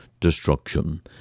destruction